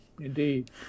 Indeed